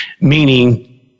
meaning